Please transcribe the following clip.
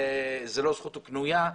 זה לא זכות קנויה,